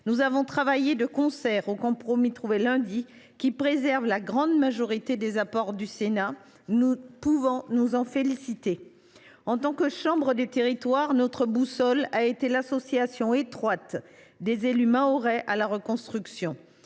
nous avons travaillé de concert au compromis trouvé lundi dernier, qui préserve la grande majorité des apports du Sénat. Nous pouvons nous en féliciter. En tant que chambre des territoires, nous avons eu pour boussole l’association étroite des élus mahorais à la reconstruction.